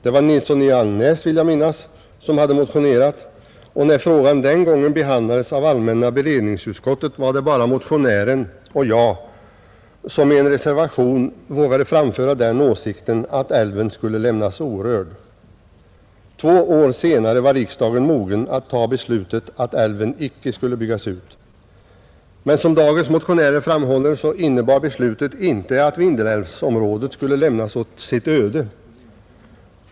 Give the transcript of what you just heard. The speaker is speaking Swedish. Det var herr Nilsson i Agnäs, vill jag minnas, som hade motionerat, och när frågan den gången behandlades av allmänna beredningsutskottet var det bara motionären och jag som i en reservation vågade framföra den åsikten, att älven skulle lämnas orörd. Två år senare var riksdagen mogen att ta beslutet att älven icke skulle byggas ut, men som dagens motionärer framhåller innebar beslutet inte att Vindelälvsområdet skulle lämnas åt sitt öde.